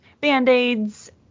band-aids